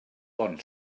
bon